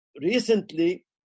Recently